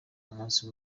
umunsi